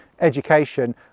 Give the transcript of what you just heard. education